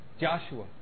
Joshua